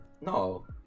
No